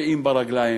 מצביעים ברגליים,